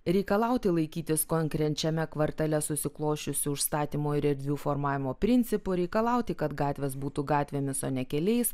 reikalauti laikytis konkrečiame kvartale susiklosčiusių užstatymo ir erdvių formavimo principų reikalauti kad gatvės būtų gatvėmis o ne keliais